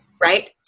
right